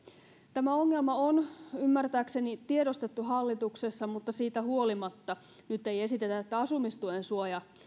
tämä ongelma on ymmärtääkseni tiedostettu hallituksessa mutta siitä huolimatta nyt ei esitetä että asumistuen